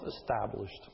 established